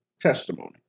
testimony